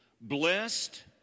Blessed